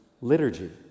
liturgy